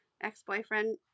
ex-boyfriend